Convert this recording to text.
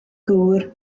gŵr